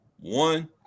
one